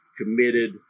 committed